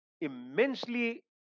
immensely